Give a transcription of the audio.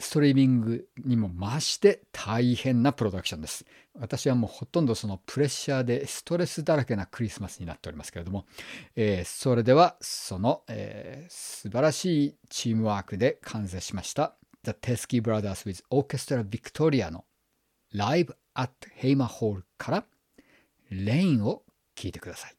ストリーミングにも増して大変なプロダクションです。私はもうほとんどそのプレッシャーでストレスだらけなクリスマスになっておりますけれども。えー、それでは、その、えー、素晴らしいチームワークで完成しましたThe Teskey Brothers with Orchestra VictoriaのLive at Hamer HallからRainを聴いてください。